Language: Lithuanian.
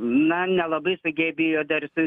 na nelabai sugebėjo dar jisai